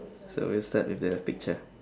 so we'll start with the picture